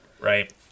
Right